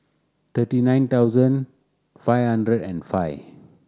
thirty nine thousand five hundred and five